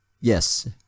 Yes